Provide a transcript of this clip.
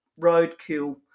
roadkill